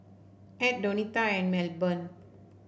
Edd Donita and Milburn